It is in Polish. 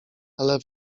ale